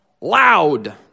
loud